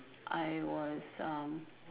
I was um